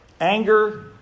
Anger